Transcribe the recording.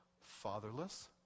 fatherless